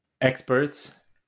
experts